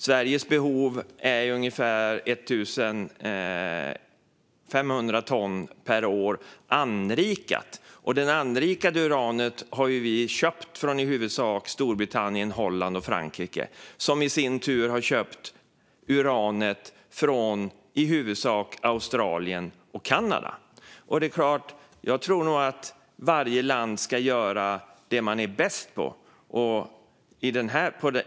Sveriges behov är ungefär 1 500 ton per år - anrikat. Det anrikade uranet har vi köpt från i huvudsak Storbritannien, Holland och Frankrike, som i sin tur har köpt uranet från i huvudsak Australien och Kanada. Jag tror nog att varje land ska göra det som det är bäst på.